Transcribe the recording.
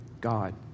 God